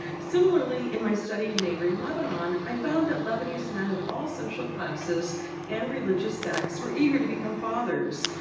similarly, in my study in neighboring lebanon, i found that lebanese men of all social classes and religious sects were eager to become fathers.